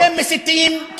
אתם מסיתים, תודה רבה.